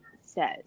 says